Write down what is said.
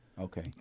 Okay